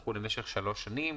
שתחול למשך שלוש שנים,